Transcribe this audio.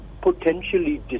potentially